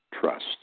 trust